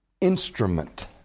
instrument